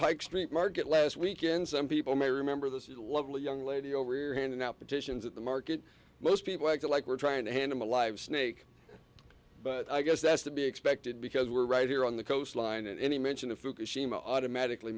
pike street market last weekend some people may remember this is lovely young lady over here handing out petitions at the market most people act like we're trying to hand him a live snake but i guess that's to be expected because we're right here on the coastline and any mention of fukushima automatically